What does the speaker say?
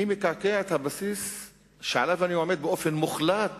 אני מקעקע באופן מוחלט